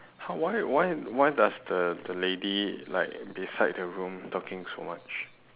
!huh! why why why does the the lady like beside the room talking so much